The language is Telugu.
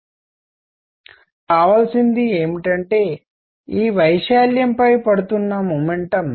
కాబట్టి నాకు ఇప్పుడు కావాల్సింది ఏమిటంటే ఈ వైశాల్యంపై పడుతున్న మొమెంటం